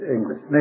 English